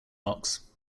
rocks